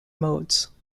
modes